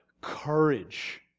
courage